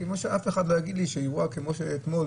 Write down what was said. כמו שאף אחד לא יגיד לי שאירוע כמו של אתמול,